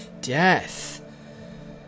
death